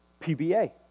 PBA